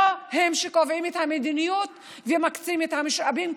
הם שקובעים את המדיניות ומקצים את המשאבים,